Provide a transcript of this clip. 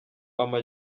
ama